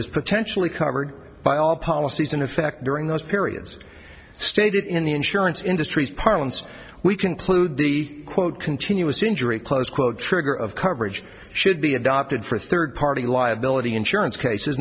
as potentially covered by all policies in effect during those periods stated in the insurance industry's parlance we conclude the quote continuous injury close quote trigger of coverage should be adopted for third party liability insurance cases